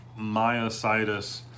myositis